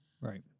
right